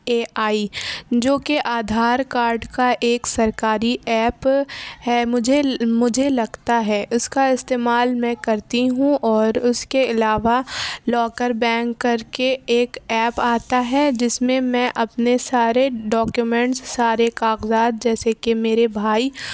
اے I جو کہ Aadhaar card کا ایک سرکاری ایپ ہے مجھے مجھے لگتا ہے اس کا استعمال میں کرتی ہوں اور اس کے علاوہ لاکر بینک کر کے ایک ایپ آتا ہے جس میں میں اپنے سارے ڈاکومینٹس سارے کاغذات جیسے کہ میرے بھائی